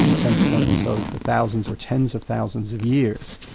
um ten percent or so, for thousands or tens of thousands of years.